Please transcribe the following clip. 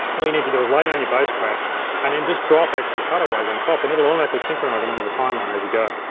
all you need to do is lay down your base track and then just drop extra cutaways on top and it'll automatically synchronize em onto the timeline as you go.